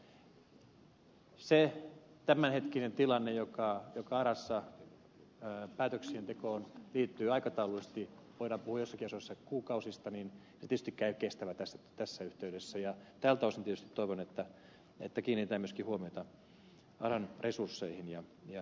elikkä se tämänhetkinen tilanne joka arassa päätöksien tekoon liittyy aikataulullisesti voidaan puhua joissakin asioissa kuukausista niin se tietystikään ei ole kestävä tässä yhteydessä ja tältä osin tietysti toivon että kiinnitetään myöskin huomiota aran resursseihin ja tehokkuuteen